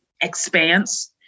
expanse